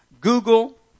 Google